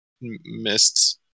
Missed